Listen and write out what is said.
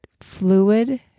fluid